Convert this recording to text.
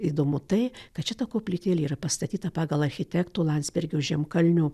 įdomu tai kad šita koplytėlė yra pastatyta pagal architekto landsbergio žemkalnio